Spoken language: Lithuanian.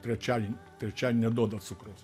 trečiadie trečiadienį neduoda cukraus